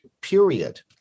period